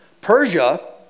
Persia